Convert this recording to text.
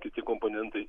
kiti komponentai